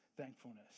thankfulness